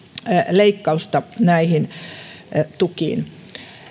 leikkausta näihin tukiin